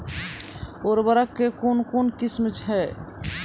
उर्वरक कऽ कून कून किस्म छै?